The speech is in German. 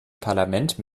parlament